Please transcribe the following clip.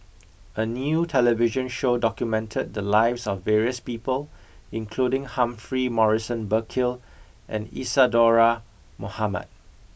a new television show documented the lives of various people including Humphrey Morrison Burkill and Isadhora Mohamed